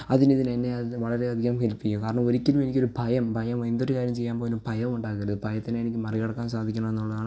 അതിനിതിനെന്നെ വളരെയധികം ഹെൽപ്പ് ചെയ്യുന്നു കാരണം ഒരിക്കലും എനിക്കൊരു ഭയം ഭയം എന്തൊരു കാര്യം ചെയ്യാൻ പോയാലും ഭയം ഉണ്ടാകരുത് ഭയത്തിനെ എനിക്കു മറികടക്കാൻ സാധിക്കണമെന്നുള്ളതാണ്